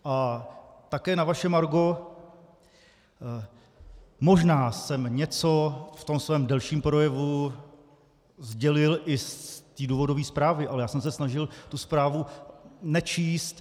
A také na vaše margo, možná jsem něco v tom svém delším projevu sdělil i z té důvodové zprávy, ale já jsem se snažil tu zprávu nečíst.